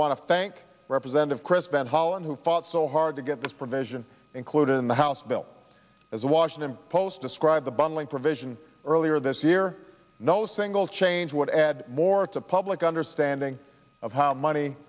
want to thank representative chris van hollen who fought so hard to get this provision included in the house bill as the washington post described the bundling provision earlier this year no single change would add more to public understanding